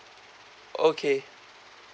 okay